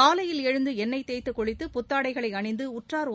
காலையில் எழுந்து எண்ணெய் தேய்த்து குளித்து புத்தாடைகளை அணிந்து